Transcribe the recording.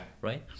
Right